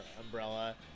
umbrella